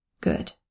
Good